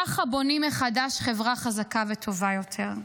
ככה בונים מחדש חברה חזקה וטובה יותר.